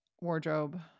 wardrobe